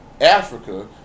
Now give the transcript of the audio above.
Africa